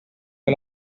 que